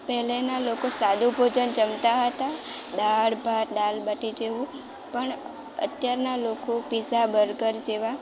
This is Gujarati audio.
પહેલાંના લોકો સાદું ભોજન જમતા હતા દાળ ભાત દાલ બાટી જેવું પણ અત્યારના લોકો પીઝા બર્ગર જેવા